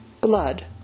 Blood